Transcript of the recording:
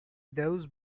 those